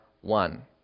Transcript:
one